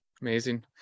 Amazing